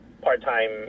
part-time